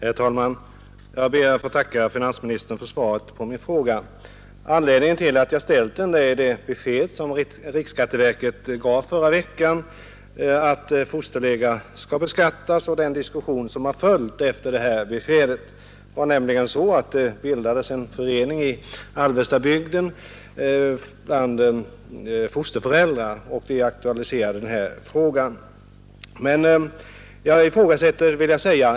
Herr talman! Jag ber att få tacka finansministern för svaret på min fråga. Anledningen till att jag ställt den är det besked som riksskatteverket gav förra veckan, att fosterlega skall beskattas, och den diskussion som har följt efter detta besked. Det bildades nämligen en förening bland fosterföräldrar i Alvestabygden, och dessa aktualiserade frågan.